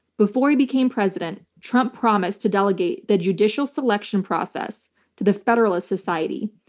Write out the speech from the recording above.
before he became president, trump promised to delegate the judicial selection process to the federalist society,